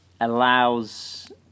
Allows